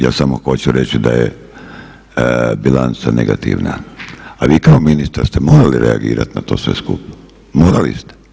Ja samo hoću reći da je bilanca negativna, a vi kao ministar ste morali reagirati na to sve skupa, morali ste.